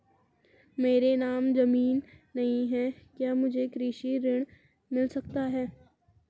मेरे नाम ज़मीन नहीं है क्या मुझे कृषि ऋण मिल सकता है?